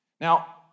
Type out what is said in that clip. Now